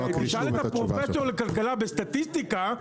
תשאל את הפרופסור לכלכלה וסטטיסטיקה,